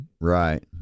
right